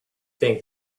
think